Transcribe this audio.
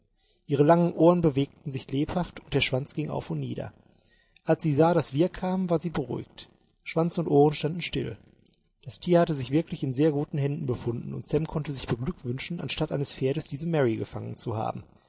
ihre langen ohren bewegten sich lebhaft und der schwanz ging auf und nieder als sie sah daß wir kamen war sie beruhigt schwanz und ohren standen still das tier hatte sich wirklich in sehr guten händen befunden und sam konnte sich beglückwünschen anstatt eines pferdes diese mary gefangen zu haben